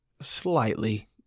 Slightly